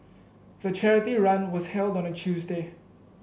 the charity run was held on a Tuesday